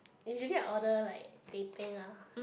usually I order like teh peng ah